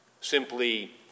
Simply